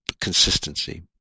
consistency